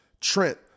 Trent